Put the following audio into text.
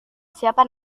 siapa